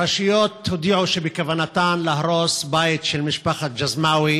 הרשויות הודיעו שבכוונתן להרוס בית של משפחת ג'זמאוי